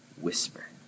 whisper